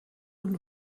und